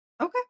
Okay